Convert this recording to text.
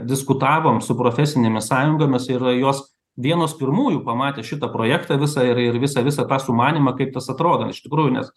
diskutavom su profesinėmis sąjungomis ir jos vienos pirmųjų pamatė šitą projektą visą ir ir visą visą tą sumanymą kaip tas atrodo iš tikrųjų nes